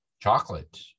chocolate